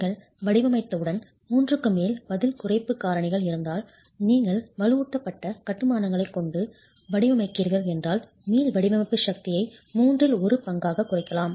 நீங்கள் வடிவமைத்தவுடன் மூன்றுக்கு மேல் பதில் குறைப்பு காரணிகள் இருந்தால் நீங்கள் வலுவூட்டப்பட்ட கட்டுமானம்களை கொண்டு வடிவமைக்கிறீர்கள் என்றால் மீள் வடிவமைப்பு சக்தியை மூன்றில் ஒரு பங்காக குறைக்கலாம்